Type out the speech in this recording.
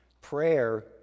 Prayer